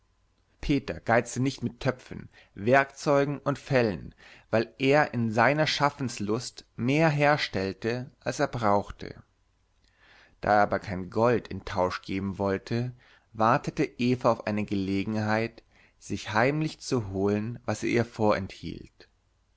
peter geizte nicht mit töpfen werkzeugen und fellen weil er in seiner schaffenslust mehr herstellte als er brauchte da er aber kein gold in tausch geben wollte wartete eva auf eine gelegenheit sich heimlich zu holen was er ihr vorenthielt